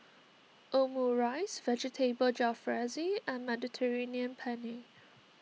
Omurice Vegetable Jalfrezi and Mediterranean Penne